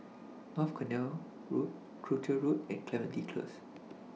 North Canal Road Croucher Road and Clementi Close